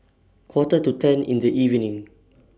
Quarter to ten in The evening